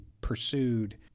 pursued